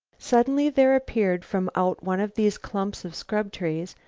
suddenly there appeared from out one of these clumps of scrub trees,